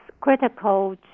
critical